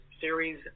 series